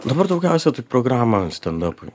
dabar daugiausiaitai programą stendapui